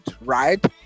Right